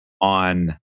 on